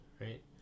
right